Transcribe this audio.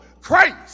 crazy